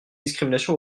discrimination